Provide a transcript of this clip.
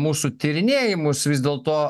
mūsų tyrinėjimus vis dėlto